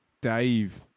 Dave